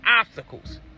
obstacles